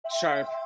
sharp